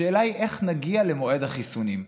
השאלה היא איך נגיע למועד החיסונים,